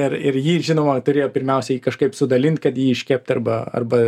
ir ir jį žinoma turėjo pirmiausiai kažkaip sudalint kad jį iškept arba arba